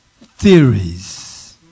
theories